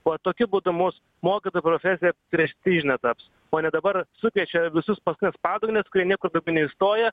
va tokiu būdu mus mokytojo profesija prestižine taps o ne dabar sukviečia visus paskutines padugnes kurie niekur neįstoja